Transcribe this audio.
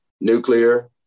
nuclear